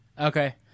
Okay